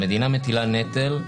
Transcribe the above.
המדינה מטילה נטל,